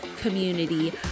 community